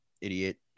idiot